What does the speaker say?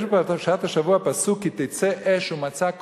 יש בפרשת השבוע פסוק: "כי תצא אש ומצאה